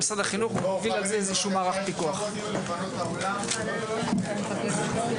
הישיבה ננעלה בשעה 12:22.